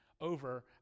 over